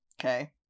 okay